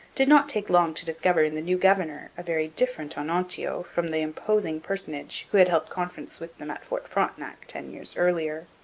did not take long to discover in the new governor a very different onontio from the imposing personage who had held conference with them at fort frontenac ten years earlier.